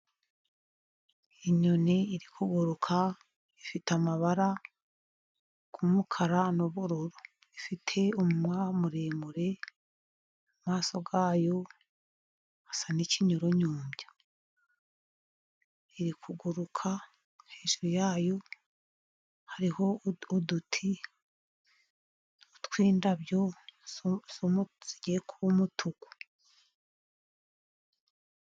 Inyoni iri kuguruka ifite amabara y'umukara n'ubururu ifite umunwa muremure, mu maso hayo hasa n'ikinyurunyumbya, iri kuguruka hejuru yayo hariho uduti n'indabyo zigiye kuba umutuku.